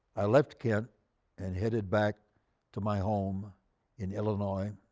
i left kent and headed back to my home in illinois.